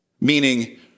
meaning